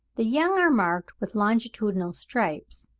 the young are marked with longitudinal stripes,